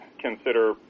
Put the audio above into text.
consider